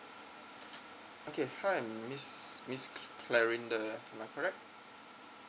okay hi miss miss C L A R I N D A am I correct